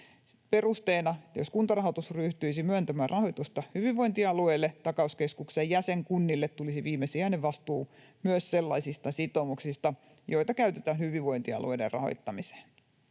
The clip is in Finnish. Perusteena oli, että jos Kuntarahoitus ryhtyisi myöntämään rahoitusta hyvinvointialueille, takauskeskuksen jäsenkunnille tulisi viimesijainen vastuu myös sellaisista sitoumuksista, joita käytetään hyvinvointialueiden rahoittamiseen.